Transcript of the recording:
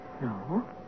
No